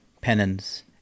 penance